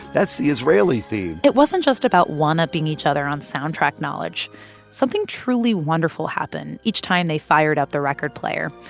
that's the israeli theme it wasn't just about one-upping each other on soundtrack knowledge something truly wonderful happened each time they fired up the record player.